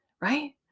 right